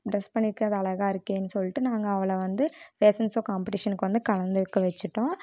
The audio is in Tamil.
டிரெஸ் பண்ணிருக்கிறது அழகாக இருக்கேன்னு சொல்லிட்டு நாங்கள் அவளை வந்து ஃபேஷன் ஷோ காம்ப்பட்டீஷன்க்கு வந்து கலந்துக்க வச்சிவிட்டோம்